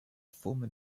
former